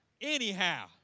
anyhow